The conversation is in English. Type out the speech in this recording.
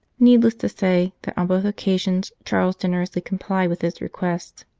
needless to say that on both occasions charles generously complied with his request.